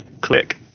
Click